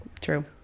True